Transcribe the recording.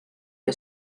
què